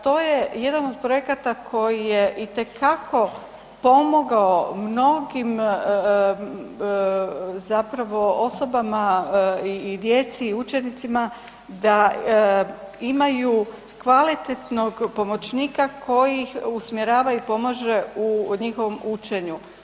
To je jedan od projekata koji je itekako pomogao mnogim zapravo osobama i djeci i učenicima da imaju kvalitetnog pomoćnika koji ih usmjerava i pomaže u njihovom učenju.